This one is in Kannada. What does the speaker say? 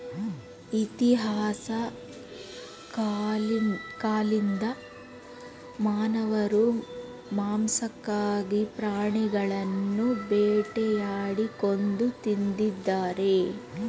ಇತಿಹಾಸ ಕಾಲ್ದಿಂದ ಮಾನವರು ಮಾಂಸಕ್ಕಾಗಿ ಪ್ರಾಣಿಗಳನ್ನು ಬೇಟೆಯಾಡಿ ಕೊಂದು ತಿಂದಿದ್ದಾರೆ